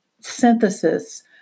synthesis